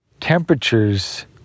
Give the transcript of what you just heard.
temperatures